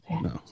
No